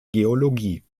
geologie